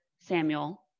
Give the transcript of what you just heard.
Samuel